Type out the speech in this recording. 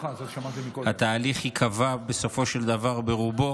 התהליך ייקבע בסופו של דבר ברובו